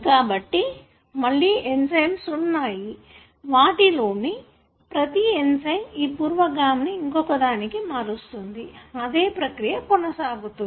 కాబట్టి మళ్ళీ ఎంజయ్మ్స్ వున్నాయి వాటిలోని ప్రతి ఎంజయ్మ్ ఈ పూర్వగామిని ఇంకొక దానికి మారుస్తుంది అదే ప్రక్రియ కొనసాగుతుంది